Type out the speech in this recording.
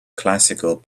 classical